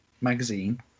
magazine